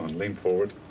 lean forward.